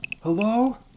hello